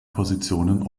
positionen